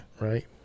Right